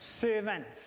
servants